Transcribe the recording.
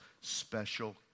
special